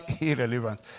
irrelevant